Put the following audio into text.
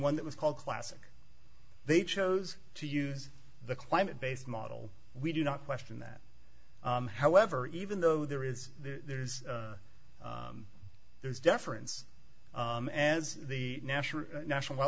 one that was called classic they chose to use the climate based model we do not question that however even though there is there's there's deference as the national national